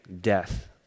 death